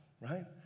right